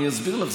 אני אסביר לך.